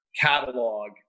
catalog